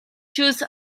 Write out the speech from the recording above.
chose